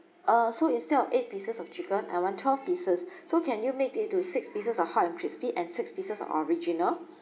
uh so instead of eight pieces of chicken I want twelve pieces so can you make it to six pieces of hot and crispy and six pieces of original